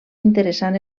interessant